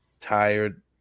tired